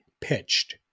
pitched